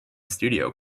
studio